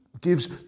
gives